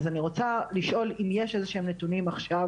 אז אני רוצה לשאול אם יש איזה שהם נתונים עכשיו,